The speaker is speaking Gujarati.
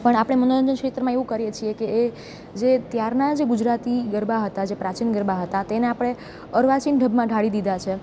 પણ મનોરંજન ક્ષેત્રમાં એવું કરીએ છીએ કે એ જે ત્યારના જે ગુજરાતી ગરબા હતા જે પ્રાચીન ગરબા હતા તેને આપણે અર્વાચીન ઢબમાં ઢાળી દીધા છે